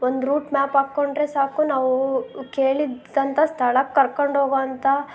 ಒಂದು route map ಹಾಕಿಕೊಂಡ್ರೆ ಸಾಕು ನಾವು ಕೇಳಿದ್ದಂಥ ಸ್ಥಳಕ್ಕೆ ಕರ್ಕೊಂಡು ಹೋಗೋ ಅಂಥ